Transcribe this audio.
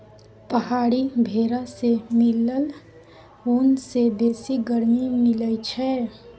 पहाड़ी भेरा सँ मिलल ऊन सँ बेसी गरमी मिलई छै